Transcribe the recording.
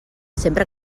sempre